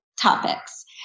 topics